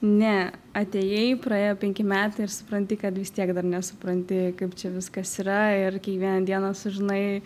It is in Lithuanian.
ne atėjai praėjo penki metai ir supranti kad vis tiek dar nesupranti kaip čia viskas yra ir kiekvieną dieną sužinai